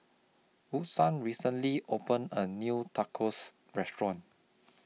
Woodson recently opened A New Tacos Restaurant